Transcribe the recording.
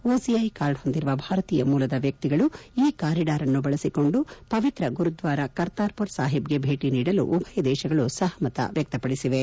OCI card ಹೊಂದಿರುವ ಭಾರತೀಯ ಮೂಲದ ವ್ಯಕ್ತಿಗಳು ಈ ಕಾರಿಡಾರ್ ಅನ್ನು ಬಳಸಿಕೊಂಡು ಪವಿತ್ರ ಗುರುದ್ದಾರ ಕರ್ತಾರ್ಪುರ್ ಸಾಹಿಬ್ಗೆ ಭೇಟ ನೀಡಲು ಉಭಯ ದೇಶಗಳು ಸಹಮತ ವ್ಯಕ್ತಪಡಿಸಿವೆ